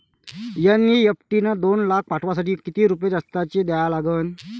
NEFT न दोन लाख पाठवासाठी किती रुपये जास्तचे द्या लागन?